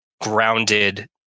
grounded